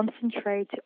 Concentrate